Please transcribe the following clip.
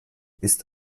ist